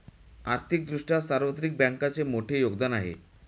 आर्थिक दृष्ट्या सार्वत्रिक बँकांचे मोठे योगदान आहे